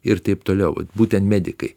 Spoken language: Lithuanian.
ir taip toliau vat būtent medikai